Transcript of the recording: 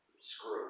screw